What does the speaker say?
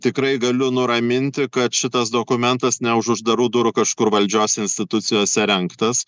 tikrai galiu nuraminti kad šitas dokumentas ne už uždarų durų kažkur valdžios institucijose rengtas